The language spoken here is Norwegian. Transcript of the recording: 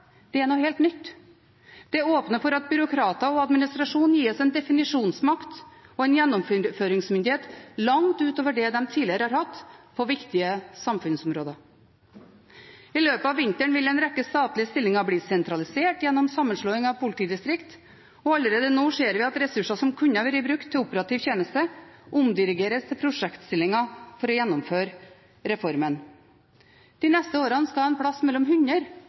vedtak, er noe helt nytt. Det åpner for at byråkrater og administrasjon gis en definisjonsmakt og en gjennomføringsmyndighet langt utover det de tidligere har hatt på viktige samfunnsområder. I løpet av vinteren vil en rekke statlige stillinger bli sentralisert gjennom sammenslåing av politidistrikter, og allerede nå ser vi at ressurser som kunne ha vært i bruk til operativ tjeneste, omdirigeres til prosjektstillinger for å gjennomføre reformen. De neste åra skal et sted mellom 100